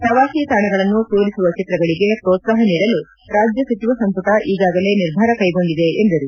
ಪ್ರವಾಸಿ ತಾಣಗಳನ್ನು ತೋರಿಸುವ ಚಿತ್ರಗಳಿಗೆ ಪ್ರೋತ್ಸಾಹ ನೀಡಲು ರಾಜ್ಯ ಸಚಿವ ಸಂಪುಟ ಈಗಾಗಲೇ ನಿರ್ಧಾರ ಕೈಗೊಂಡಿದೆ ಎಂದರು